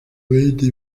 bindi